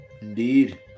Indeed